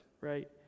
right